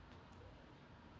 the last of us is a good game